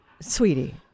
Sweetie